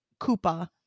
Koopa